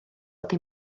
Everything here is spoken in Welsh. dim